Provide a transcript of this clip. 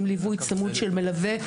עם ליווי צמוד של מלווה.